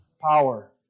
power